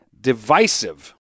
divisive